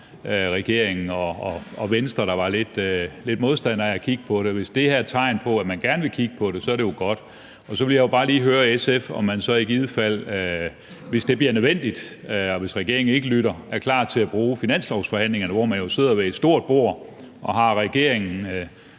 regeringen og Venstre, der var lidt modstandere af at kigge på det, og hvis det her er et tegn på, at man gerne vil kigge på det, er det jo godt. Og så vil jeg bare lige høre SF, om man så i givet fald, hvis det bliver nødvendigt, og hvis regeringen ikke lytter, er klar til at bruge finanslovsforhandlingerne, hvor man jo sidder ved et stort bord og har fat de